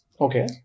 Okay